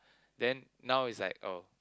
then now it's like oh